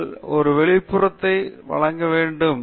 நாங்கள் செய்த ஒரு வெளிப்புறத்தை வழங்க வேண்டும்